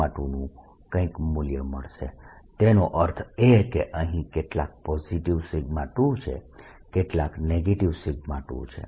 2 નું કંઈક મૂલ્ય મળશે તેનો અર્થ એ કે અહીં કેટલાક પોઝિટીવ 2 છે કેટલાક નેગેટીવ 2 છે